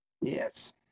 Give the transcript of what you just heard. Yes